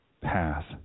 path